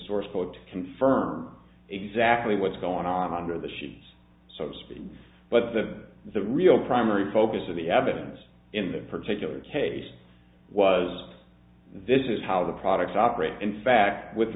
source code to confirm exactly what's going on under the sheets so to speak but that the real primary focus of the evidence in that particular case was this is how the products operate in fact with